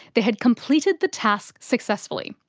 they had completed the task successfully.